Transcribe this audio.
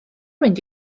mynd